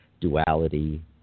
duality